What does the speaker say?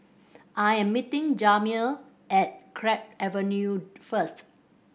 I am meeting Jamir at Drake Avenue first